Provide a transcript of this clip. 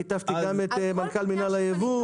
כתבתי גם את מנכ"ל מנהל הייבוא.